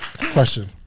question